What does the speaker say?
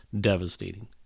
devastating